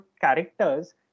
characters